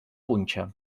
punxa